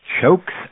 chokes